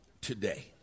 today